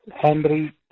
Henry